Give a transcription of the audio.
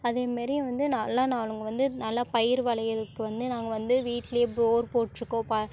அதே மாரி வந்து நல்லா நான் அங்கே வந்து நல்லா பயிர் விளையிறதுக்கு வந்து நாங்கள் வந்து வீட்டிலே போர் போட்டிருக்கோம் ப